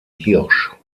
hirsch